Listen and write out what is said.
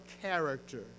character